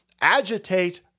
agitate